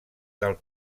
del